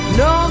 no